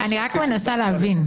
ב-1982,